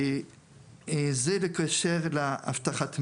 זה באשר לאשר לאבטחת מידע.